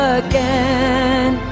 again